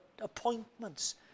appointments